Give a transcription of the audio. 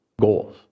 goals